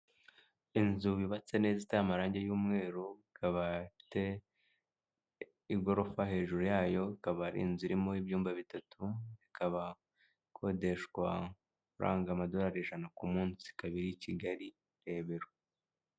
Inzu yubatse neza iteye amarangi y'umweru, ikaba ifite igorofa hejuru yayo, ikaba ari inzu irimo ibyumba bitatu, ikaba ikodeshwara amafaranga amadorari ijana ku munsi, ikaba iri i Kigali Rebero.